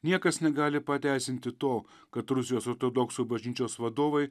niekas negali pateisinti to kad rusijos ortodoksų bažnyčios vadovai